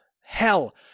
Hell